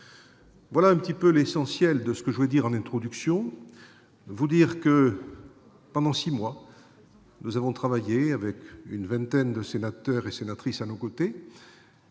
Voilà l'essentiel de ce que je voulais dire en introduction. Pendant six mois, nous avons travaillé avec une vingtaine de sénateurs et sénatrices à nos côtés.